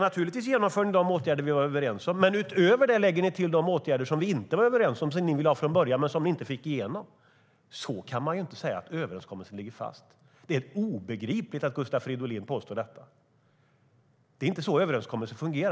Naturligtvis genomför ni de åtgärder vi var överens om, men utöver det lägger ni till åtgärder som vi inte var överens om - sådant som ni ville ha från början men som ni inte fick igenom. Då kan man inte säga att överenskommelsen ligger fast. Det är obegripligt att Gustav Fridolin påstår detta. Det är inte så överenskommelser fungerar.